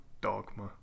dogma